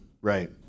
right